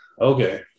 okay